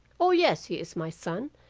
o, yes, he is my son,